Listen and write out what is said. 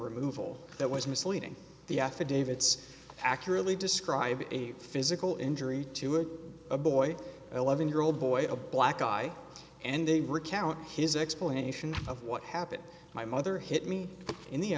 removal that was misleading the affidavits accurately describe a physical injury to a boy eleven year old boy a black eye and they recount his explanation of what happened my mother hit me in the